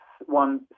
one